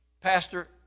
Pastor